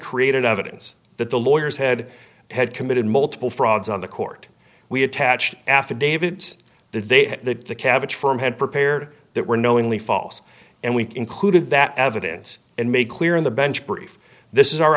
created evidence that the lawyers head had committed multiple frauds on the court we attach affidavits that they had that the cabbage firm had prepared that were knowingly false and we concluded that evidence and make clear in the bench brief this is our